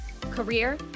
career